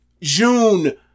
June